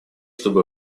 чтобы